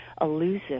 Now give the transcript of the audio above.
elusive